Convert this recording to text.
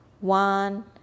one